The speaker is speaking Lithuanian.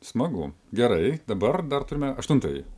smagu gerai dabar dar turime aštuontąjį